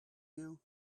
you